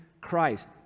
Christ